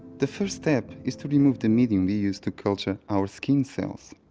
the first step is to remove the medium we used to culture our skin cells.